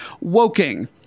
Woking